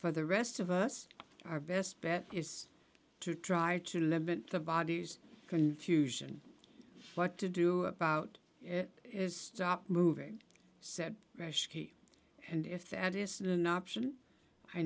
for the rest of us our best bet is to try to limit the body's confusion what to do about it is stop moving said rush and if that isn't an option i